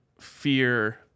fear